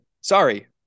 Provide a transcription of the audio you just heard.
sorry